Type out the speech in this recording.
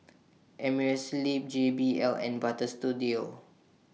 Amerisleep J B L and Butter Studio